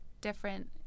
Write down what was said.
different